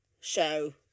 show